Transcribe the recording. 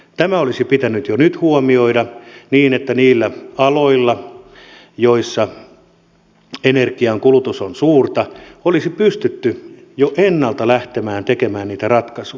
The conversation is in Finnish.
tämä olisi pitänyt jo nyt huomioida niin että niillä aloilla joilla energian kulutus on suurta olisi pystytty jo ennalta lähtemään tekemään niitä ratkaisuja